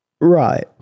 Right